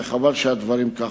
וחבל שהדברים כך,